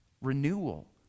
renewal